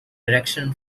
direction